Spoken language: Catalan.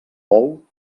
bou